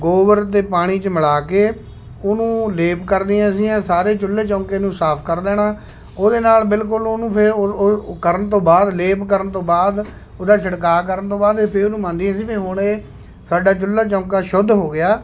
ਗੋਬਰ ਅਤੇ ਪਾਣੀ 'ਚ ਮਿਲਾ ਕੇ ਉਹਨੂੰ ਲੇਪ ਕਰਦੀਆਂ ਸੀਆਂ ਸਾਰੇ ਚੁੱਲ੍ਹੇ ਚੌਂਕੇ ਨੂੰ ਸਾਫ਼ ਕਰ ਦੇਣਾ ਉਹਦੇ ਨਾਲ਼ ਬਿਲਕੁਲ ਉਹਨੂੰ ਫਿਰ ਉ ਉਹ ਕਰਨ ਤੋਂ ਬਾਅਦ ਲੇਪ ਕਰਨ ਤੋਂ ਬਾਅਦ ਉਹਦਾ ਛਿੜਕਾਅ ਕਰਨ ਤੋਂ ਬਾਅਦ ਇਹ ਫਿਰ ਉਹਨੂੰ ਮੰਨਦੀਆਂ ਸੀ ਵੀ ਹੁਣ ਇਹ ਸਾਡਾ ਚੁੱਲ੍ਹਾ ਚੌਂਕਾ ਸ਼ੁੱਧ ਹੋ ਗਿਆ